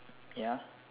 ya